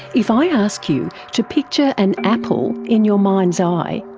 if i ask you to picture an apple in your mind's eye,